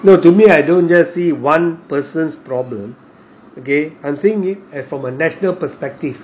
no to be I don't just see one's persons problem okay I'm seeing it from a national perspective